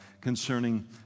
concerning